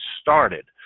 started